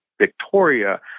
Victoria